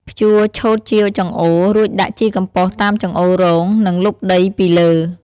ភ្ជួរឆូតជាចង្អូរ រួចដាក់ជីកំប៉ុស្តតាមចង្អូររង និងលុបដីពីលើ។